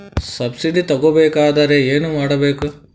Subsidy ತಗೊಬೇಕಾದರೆ ಏನು ಮಾಡಬೇಕು?